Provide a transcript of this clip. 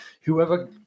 whoever